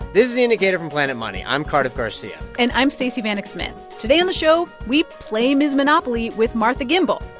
this is the indicator from planet money. i'm cardiff garcia and i'm stacey vanek smith. today on the show, we play ms. monopoly with martha gimbel.